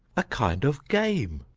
a kind of game.